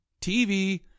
TV